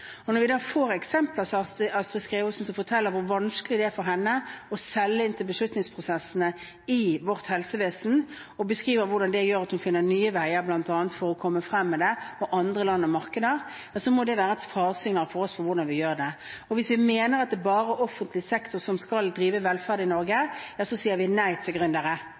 Og når vi da får eksempler som Astrid Skreosen, som forteller hvor vanskelig det er for henne å selge inn til beslutningsprosessene i vårt helsevesen, og beskriver hvordan det gjør at hun finner nye veier, bl.a. for å komme frem med det i andre land og på andre markeder, må det være et faresignal for oss om hvordan vi gjør det. Hvis vi mener at det bare er offentlig sektor som skal drive velferd i Norge, sier vi nei til gründere på hele dette området. Da sier vi nei til